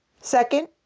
Second